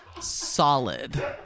Solid